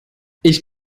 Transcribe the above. ich